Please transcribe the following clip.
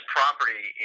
property